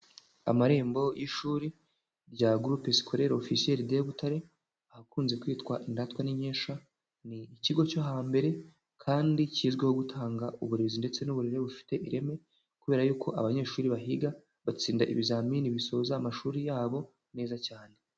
Amarembo y'ishuri rya Groupe Scolaire Officiel de Butare, ahakunze kwitwa Indatwa n'Inkesha. Ni ikigo cyo hambere, kandi kizwiho gutanga uburezi ndetse n'uburere bufite ireme, kubera y'uko abanyeshuri bahiga batsinda ibizamini bisoza amashuri yabo neza cyane.